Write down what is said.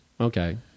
Okay